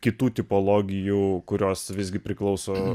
kitų tipologijų kurios visgi priklauso